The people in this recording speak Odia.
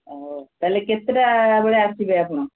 ହଉ ତାହେଲେ କେତେଟା ବେଳେ ଆସିବେ ଆପଣ